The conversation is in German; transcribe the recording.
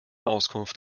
auskunft